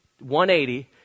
180